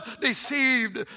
deceived